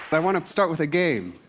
i want to start with a game.